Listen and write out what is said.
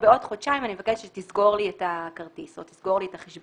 בעוד חודשיים אני מבקשת שתסגור לי את הכרטיס או תסגור לי את החשבון,